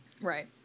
Right